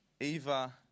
Eva